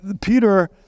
Peter